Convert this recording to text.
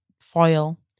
foil